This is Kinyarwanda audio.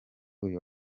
uyu